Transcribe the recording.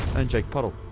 and jake puddle